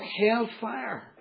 hellfire